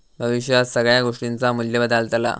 भविष्यात सगळ्या गोष्टींचा मू्ल्य बदालता